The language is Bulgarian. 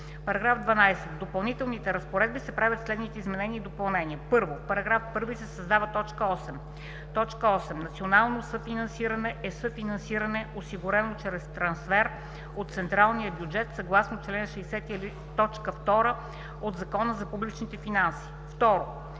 § 12: „§ 12. В Допълнителните разпоредби се правят следните изменения и допълнения: 1. В § 1 се създава т. 8: „8. „Национално съфинансиране“ е съфинансиране, осигурено чрез трансфер от централния бюджет съгласно чл. 60, т. 2 от Закона за публичните финанси.“ 2.